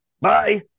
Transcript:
Bye